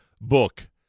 book